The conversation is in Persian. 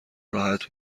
راحت